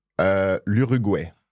L'Uruguay